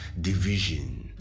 division